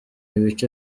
ibice